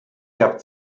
gab